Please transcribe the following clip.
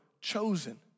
chosen